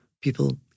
people